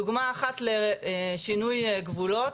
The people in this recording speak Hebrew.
דוגמא אחת לשינוי גבולות,